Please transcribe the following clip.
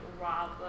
rob